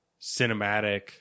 cinematic